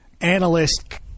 analyst